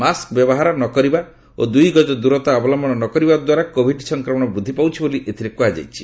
mask ବ୍ୟବହାର ନ କରିବା ଓ ଦୁଇଗଜ ଦୂରତା ଅବଲମ୍ଭନ ନ କରିବା ଦ୍ୱାରା କୋଭିଡ ସଂକ୍ରମଣ ବୃଦ୍ଧି ପାଉଛି ବୋଲି ଏଥିରେ କୁହାଯାଇଛି